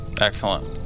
excellent